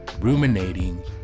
ruminating